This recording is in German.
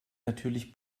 natürlich